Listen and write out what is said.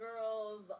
girls